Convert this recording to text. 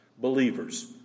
believers